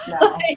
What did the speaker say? No